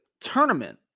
tournament